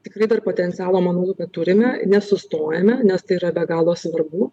tikrai dar potencialo manau kad turime nesustojame nes tai yra be galo svarbu